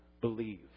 believe